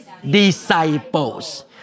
Disciples